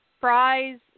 fries